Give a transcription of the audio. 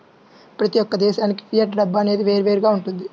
ప్రతి యొక్క దేశానికి ఫియట్ డబ్బు అనేది వేరువేరుగా వుంటది